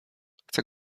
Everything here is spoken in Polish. chcę